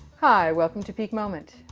hi, welcome to peak moment.